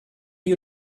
you